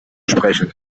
sprechen